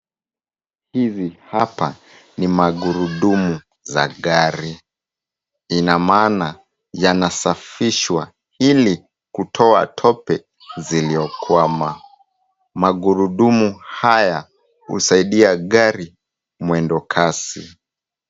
Hizi hapa ni magurudumu za gari. Ina maana yanasafishwa ili kutoa tope ziliokwama. Magurudumu haya, husaidia gari mwendo kasi.